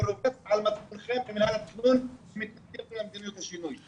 והוא רובץ על מצפונכם מינהל התכנון שמתנגד למדיניות השינוי.